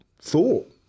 thought